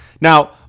Now